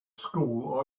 school